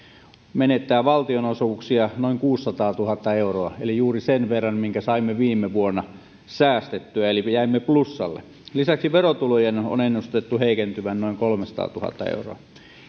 menettää valtionosuuksia noin kuusisataatuhatta euroa eli juuri sen verran minkä saimme viime vuonna säästettyä eli jäimme plussalle lisäksi verotulojen on ennustettu heikentyvän noin kolmesataatuhatta euroa